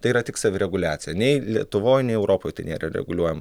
tai yra tik savireguliacija nei lietuvoj nei europoj tai nėra reguliuojam